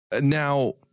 Now